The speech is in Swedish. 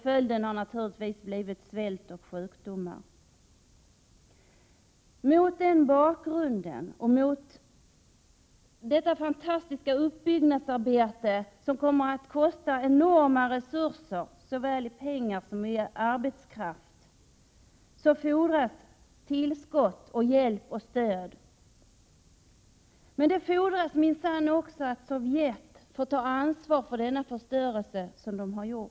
Följden har naturligtvis blivit svält och sjukdomar. Mot bakgrund av detta och med tanke på det fantastiska uppbyggnadsarbete som krävs, som kommer att kosta enorma resurser i fråga om såväl pengar som arbetskraft, fordras tillskott, hjälp och stöd. Men det fordras minsann också att Sovjet får ta ansvar för den förstörelse som man har orsakat.